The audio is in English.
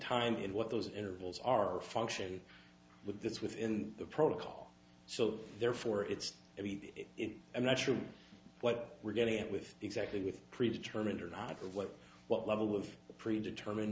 time and what those intervals are a function with this within the protocol so therefore it's in i'm not sure what we're getting at with exactly with predetermined or not what what level of pre determine